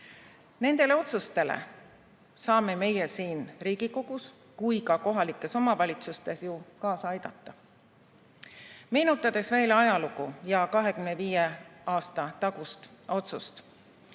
otsustele saame meie siin Riigikogus kui ka kohalikes omavalitsustes kaasa aidata. Meenutades veel ajalugu ja 25 aasta tagust otsust,